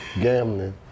gambling